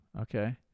okay